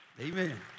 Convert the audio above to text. Amen